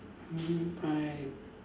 mm I